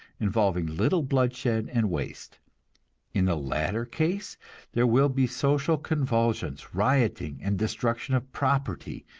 involving little bloodshed and waste in the latter case there will be social convulsions, rioting and destruction of property,